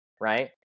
right